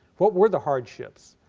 what were the hardships?